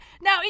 now